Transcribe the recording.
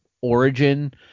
origin